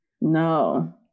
no